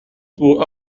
pour